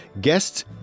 guests